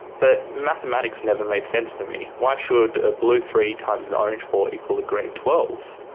but mathematics never made sense to me. why should a blue three times an orange four equal a green twelve?